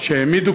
שהעמידו